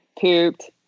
pooped